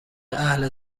اهل